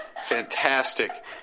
fantastic